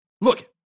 Look